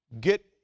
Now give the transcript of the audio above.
get